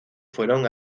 fueron